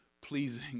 pleasing